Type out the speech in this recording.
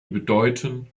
bedeuten